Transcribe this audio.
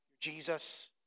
Jesus